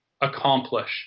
accomplish